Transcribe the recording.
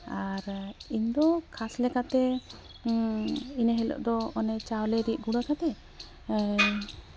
ᱟᱨ ᱤᱧᱫᱚ ᱠᱷᱟᱥ ᱞᱮᱠᱟᱛᱮ ᱤᱱᱟᱹ ᱦᱤᱞᱳᱜ ᱫᱚ ᱚᱱᱮ ᱪᱟᱣᱞᱮ ᱨᱤᱫ ᱜᱩᱲᱟᱹ ᱠᱟᱛᱮ